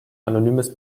anonymes